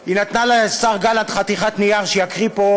היא נתנה לשר גלנט חתיכת נייר שיקריא פה,